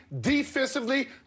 defensively